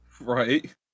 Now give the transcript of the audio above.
Right